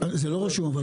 זה לא רשום.